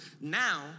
now